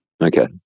Okay